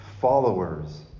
followers